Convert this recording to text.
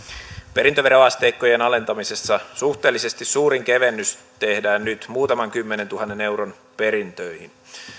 perintöveroasteikkojen alentamisessa suhteellisesti suurin kevennys tehdään nyt muutaman kymmenentuhannen euron perintöihin